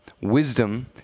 Wisdom